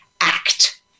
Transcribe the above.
act